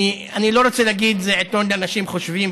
אני לא רוצה להגיד: זה עיתונים לאנשים חושבים,